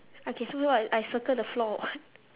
okay so what I circle the floor or what